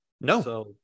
No